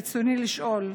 רצוני לשאול: